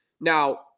Now